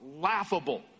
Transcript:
laughable